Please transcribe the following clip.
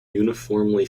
uniformly